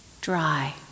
dry